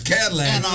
Cadillac